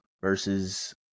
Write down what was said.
versus